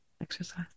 exercise